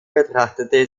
betrachtete